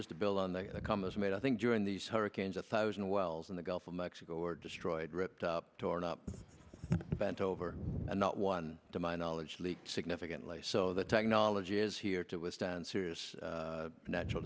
they come has made i think during these hurricanes a thousand wells in the gulf of mexico are destroyed ripped up torn up bent over and not one to my knowledge leaked significantly so the technology is here to withstand serious natural